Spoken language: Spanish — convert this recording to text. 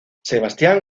sebastián